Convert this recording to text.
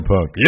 Punk